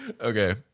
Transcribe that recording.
Okay